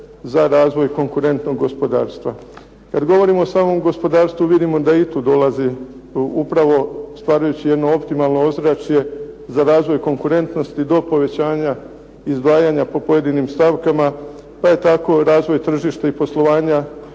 za razvoj konkurentnog gospodarstva. Kad govorimo o samom gospodarstvu vidimo da i tu dolazi, upravo stvarajući jedno optimalno ozračje za razvoj konkurentnosti, do povećanja izdvajanja po pojedinim stavkama pa je tako razvoj tržišta i poslovanja